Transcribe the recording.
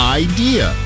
idea